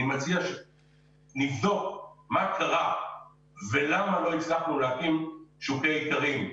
אני מציע שנבדוק מה קרה ולמה לא הצלחנו להקים שוקי איכרים.